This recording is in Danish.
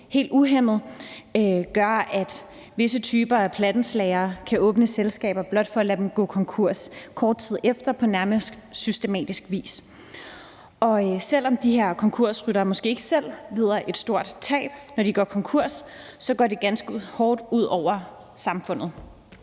helt uhæmmet, så visse typer af plattenslagere kan åbne selskaber blot for at lade dem gå konkurs kort tid efter på nærmest systematisk vis. Og selv om de her konkursryttere måske ikke selv lider et stort tab, når de går konkurs, så går det ganske hårdt ud over samfundet.